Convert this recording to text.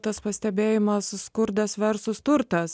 tas pastebėjimas skurdas verslas turtas